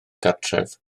gartref